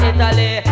Italy